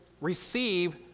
receive